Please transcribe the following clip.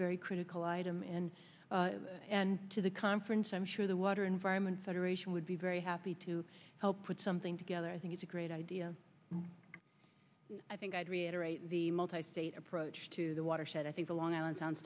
very critical item and and to the conference i'm sure the water environment federation would be very happy to help put something together it's a great idea i think the multi state approach to the watershed i think the long island sound